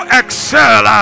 excel